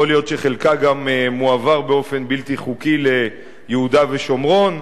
יכול להיות שחלקה גם מועבר באופן בלתי חוקי ליהודה ושומרון,